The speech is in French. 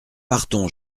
partons